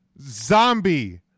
Zombie